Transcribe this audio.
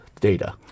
data